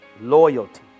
loyalty